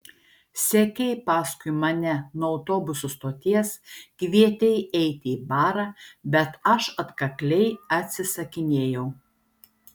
sekei paskui mane nuo autobusų stoties kvietei eiti į barą bet aš atkakliai atsisakinėjau